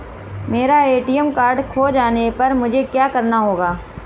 मेरा ATM card खो जाने पर मुझे क्या करना होगा?